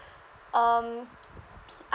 um I